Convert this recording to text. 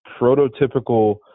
prototypical